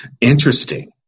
Interesting